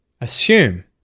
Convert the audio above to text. Assume